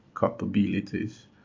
capabilities